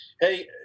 hey